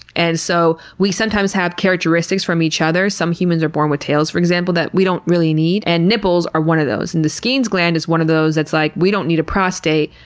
and so, we sometimes have characteristics from each other. some humans are born with tails, for example, that we don't really need. and nipples are one of those, and the skene's gland is one of those. it's like, we don't need a prostate,